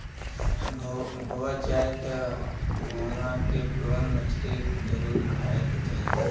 गोवा जाए त उहवा के प्रोन मछरी जरुर खाए के चाही